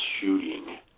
shooting